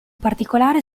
particolare